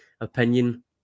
opinion